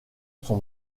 son